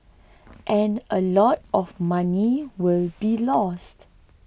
and a lot of money will be lost